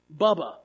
Bubba